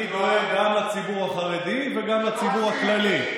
אני דואג גם לציבור החרדי וגם לציבור הכללי.